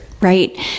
Right